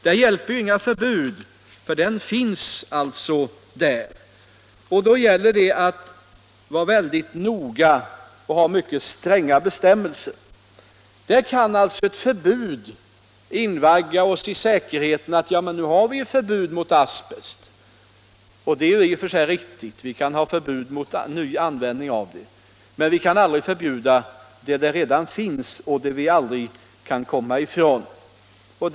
Där hjälper inga förbud eftersom asbesten redan finns där. Då gäller det att vara väldigt noga och ha mycket stränga bestämmelser om tillvägagångssätt. Där kan ett förbud invagga oss i säkerhet: Ja men, nu har vi förbud mot asbest. Det är i och för sig riktigt, vi kan ha förbud mot nyanvändning av den. Men vi kan inte förbjuda asbesten där den redan finns och där vi aldrig kan komma ifrån den.